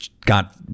got